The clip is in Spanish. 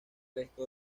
resto